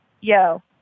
yo